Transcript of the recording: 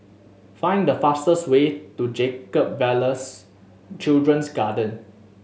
find the fastest way to Jacob Ballas Children's Garden